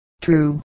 True